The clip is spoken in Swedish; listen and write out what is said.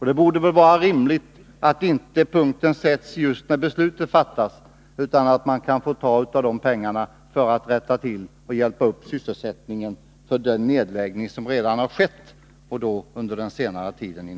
Det borde vara rimligt att startpunkten inte sätts just när beslutet fattas, utan att man kan få ta av dessa pengar för att hjälpa upp sysselsättningen på orter där nedläggningar inom bryggerinäringen redan ägt rum under den senare tiden.